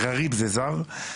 אלגריב זה זר,